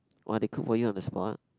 !wah! they cook for you on the spot